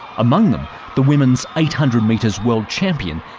among them the women's eight hundred metres world champion,